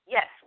Yes